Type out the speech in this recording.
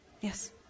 Yes